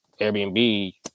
Airbnb